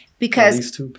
because-